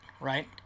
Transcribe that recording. right